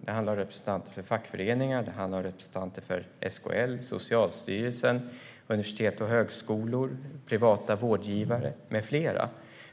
Det handlar om representanter från fackföreningar, SKL, Socialstyrelsen, universitet och högskolor, privata vårdgivare med flera